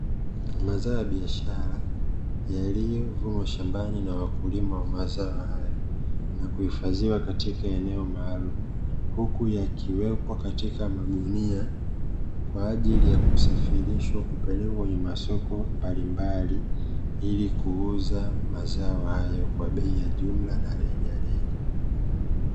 Mazao ya biashara yaliyovunwa shambani na wakulima wa mazao hayo, na kuhifadhiwa katika eneo maalumu, huku yakiwekwa katika magunia kwa ajili ya kusafirishwa kupelekwa kwenye masoko mbalimbali, ili kuuza mazao hayo kwa bei ya jumla na rejareja.